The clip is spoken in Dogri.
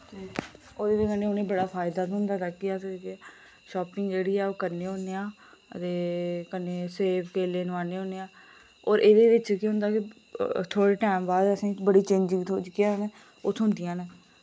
ते ओह्दी बजह कन्नै उ'नें बड़ा फायदा थ्होंदा ताकि अस जेह्के शापिंग जेह्ड़ी ऐ ओह् करने होन्ने आं ते कन्नै सेव केले नुआन्ने होन्ने आं और एह्दे बिच केह् होंदा कि थोह्ड़े टैम बाद असें बड़ी चेंजिंग जेह्कियां ओह् थ्होंदियां न